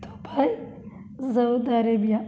Dubai Saudi Arabia